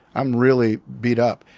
i'm really beat up.